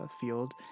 field